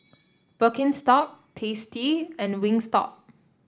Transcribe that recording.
Birkenstock Tasty and Wingstop